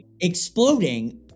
Exploding